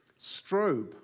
strobe